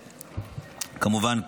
כמובן,